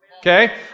okay